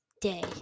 day